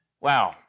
Wow